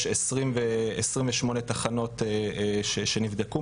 יש עשרים ושמונה תחנות שנבדקו,